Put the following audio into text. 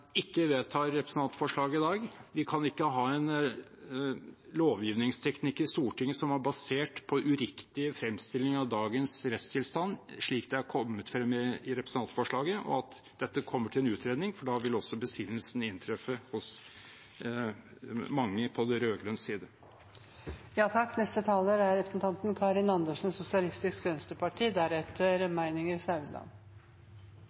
ikke vedtar representantforslaget i dag. Vi kan ikke ha en lovgivningsteknikk i Stortinget som er basert på uriktige fremstillinger av dagens rettstilstand, slik det er kommet frem i representantforslaget, og at dette kommer til en utredning, for da vil også besinnelsen inntreffe hos mange på rød-grønn side. Funksjonshemmedes interesse, sier representanten Tetzschner. Ja, funksjonshemmedes interesse er